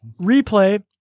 replay